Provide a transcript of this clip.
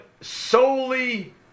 solely